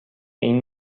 این